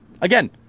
again